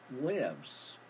lives